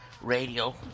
Radio